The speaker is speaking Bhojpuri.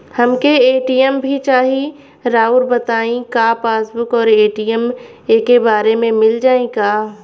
हमके ए.टी.एम भी चाही राउर बताई का पासबुक और ए.टी.एम एके बार में मील जाई का?